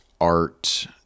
art